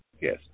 yes